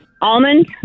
Almond